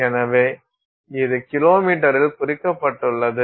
எனவே இது கிலோமீட்டரில் குறிக்கப்பட்டுள்ளது